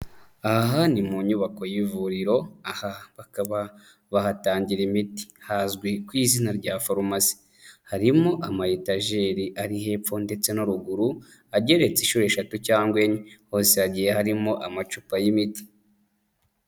Aha ni mu nyubako y'ivuriro aha bakaba bahatangira imiti hazwi ku izina rya farumasi, harimo amayetajeri ari hepfo ndetse no ruguru agereka inshuro eshatu cyangwa enye, hose hagiye harimo amacupa y'imiti.